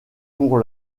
pour